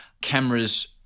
cameras